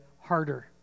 harder